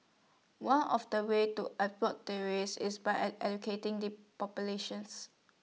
one of the ways to terrorist is by educating the populations